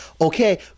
Okay